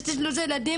יש לי שלושה ילדים,